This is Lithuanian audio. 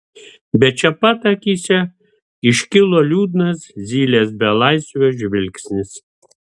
bet čia pat akyse iškilo liūdnas zylės belaisvio žvilgsnis